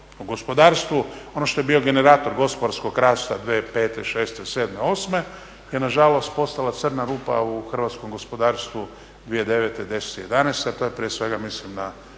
u gospodarstvu ono što je bio generator gospodarskog rasta 2005., 2006., 2007., 2008.je nažalost postala crna rupa u hrvatskom gospodarstvu 2009.,